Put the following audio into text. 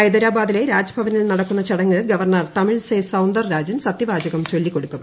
ഹൈദരാബാദിലെ രാജ്ഭവനിൽ നടക്കുന്ന ചടങ്ങിൽ ഗവർണർ തമിഴിസൈ സൌന്ദർ രാജൻ സത്യവാചകം ചൊല്ലിക്കൊടുക്കും